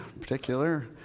particular